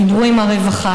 דיברו עם הרווחה,